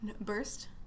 Burst